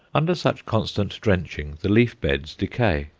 under such constant drenching the leaf-beds decay,